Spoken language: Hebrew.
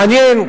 מעניין,